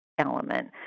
element